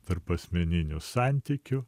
tarpasmeninių santykių